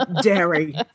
dairy